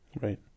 right